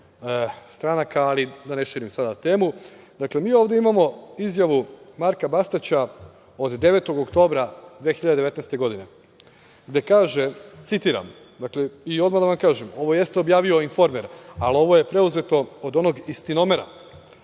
stranka, ali da ne širim sada temu. Dakle, mi ovde imamo izjavu Marka Bastaća od 9. oktobra 2019. godine, gde kaže, citiram, i odmah da vam kažem da ovo jeste objavio „Informer“, ali ovo je preuzeto od onog „Istinomera“,